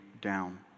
down